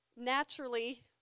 Naturally